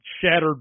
shattered